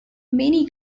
many